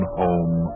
home